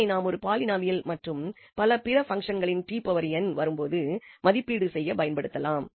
இதனை நாம் ஒரு பாலினாமில் மற்றும் பல பிற பங்சன்களில் வரும்போது மதிப்பீடு செய்ய பயன்படுத்தலாம்